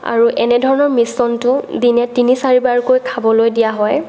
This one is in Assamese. আৰু এনেধৰণৰ মিশ্ৰণটো দিনে তিনি চাৰিবাৰকৈ খাবলৈ দিয়া হয়